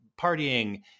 partying